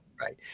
right